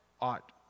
ought